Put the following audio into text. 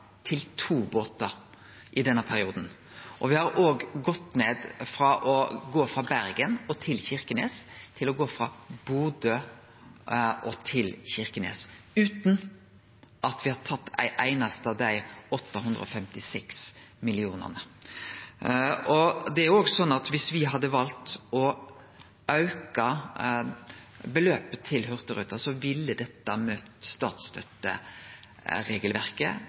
til to båtar i denne perioden. Ein har òg gått ned frå å gå frå Bergen til Kirkenes til å gå frå Bodø til Kirkenes, utan at me har tatt ei einaste av dei 856 millionane. Det er òg sånn at dersom me hadde valt å auke beløpet til Hurtigruten, ville dette møtt statsstøtteregelverket